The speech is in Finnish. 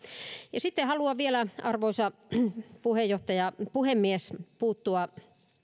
ja sitten haluan vielä arvoisa puhemies puuttua